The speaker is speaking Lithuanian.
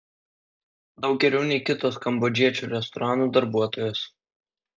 daug geriau nei kitos kambodžiečių restoranų darbuotojos